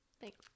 Thanks